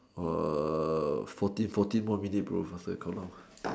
uh forty forty more minutes bro faster come out